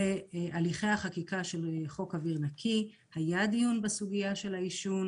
בהליכי החקיקה של חוק אוויר נקי היה דיון בסוגייה של העישון